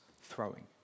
throwing